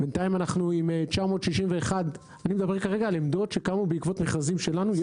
אנחנו עם 961. אני מדבר כרגע על עמדות שקמו בעקבות מכרזים שלנו,